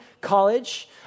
college